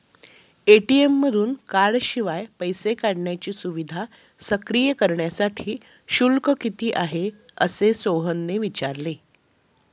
ATM मधून कार्डशिवाय पैसे काढण्याची सुविधा सक्रिय करण्यासाठी शुल्क किती आहे, असे सोहनने विचारले